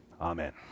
Amen